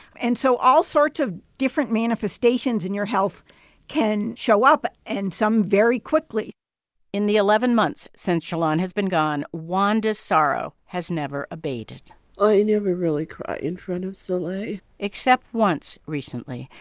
and so all sorts of different manifestations in your health can can show up, and some very quickly in the eleven months since shalon has been gone, wanda's sorrow has never abated i never really cry in front of soleil except once, recently,